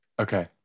Okay